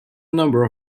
number